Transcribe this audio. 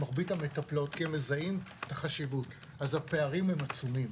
כי הם מזהים את החשיבות, אז הפערים הם עצומים.